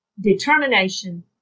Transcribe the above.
determination